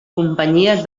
companyies